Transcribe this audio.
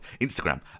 instagram